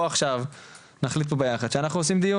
בוא עכשיו תחליטו ביחד אנחנו עושים דיון